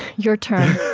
your turn.